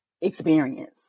experience